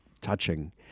touching